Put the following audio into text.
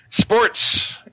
Sports